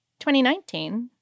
2019